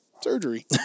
surgery